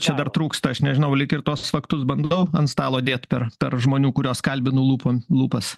čia dar trūksta aš nežinau lyg ir tuos faktus bandau ant stalo dėt per tarp žmonių kuriuos kalbinu lupan lūpas